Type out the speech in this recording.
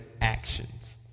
actions